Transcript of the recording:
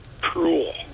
cruel